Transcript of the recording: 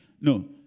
No